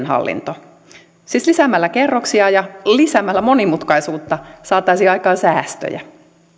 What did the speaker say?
erillinen hallinto siis lisäämällä kerroksia ja lisäämällä monimutkaisuutta saataisiin aikaan säästöjä